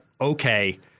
Okay